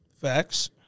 facts